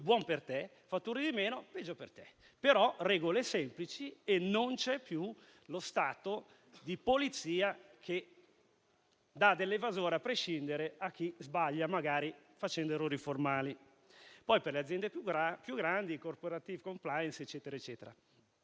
Buon per te. Fatturi di meno? Peggio per te. Però, regole semplici e non più lo Stato di polizia che dà dell'evasore a prescindere a chi sbaglia, magari facendo errori formali. Poi, per le aziende più grandi, è previsto il *corporate compliance.*